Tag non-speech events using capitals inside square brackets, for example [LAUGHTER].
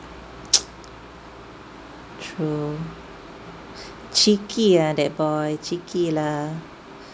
[NOISE] true cheeky ah that boy cheeky lah